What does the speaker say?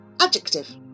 Adjective